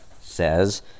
says